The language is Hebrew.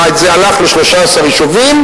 וזה הלך בתחילה ל-13 יישובים,